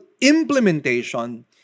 implementation